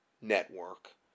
network